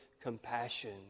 compassion